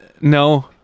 no